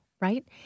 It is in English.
right